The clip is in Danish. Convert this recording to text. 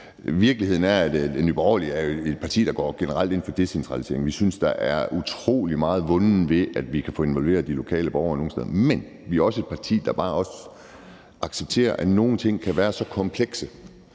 Virkeligheden er, at Nye Borgerlige er et parti, der generelt går ind for decentralisering. Vi synes, der er utrolig meget vundet ved, at vi kan få involveret de lokale borgere nogle steder. Men vi er også et parti, der også bare accepterer, at nogle ting kan være så komplekse.